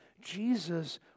Jesus